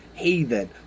heathen